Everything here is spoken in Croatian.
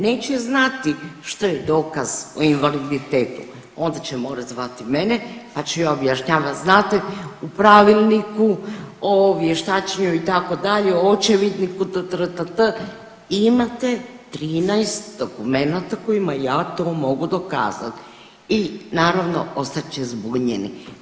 Neće znati što je dokaz o invaliditetu, onda će morati zvati mene pa ću ja objašnjavat, znate u pravilniku o vještačenju itd., očevidniku trtrttt imate 13 dokumenata kojima ja to mogu dokazat i naravno ostat će zbunjeni.